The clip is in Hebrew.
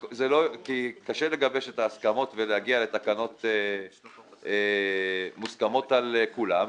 קשה לגבש את ההסכמות ולהגיע לתקנות מוסכמות על כולם,